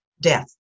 death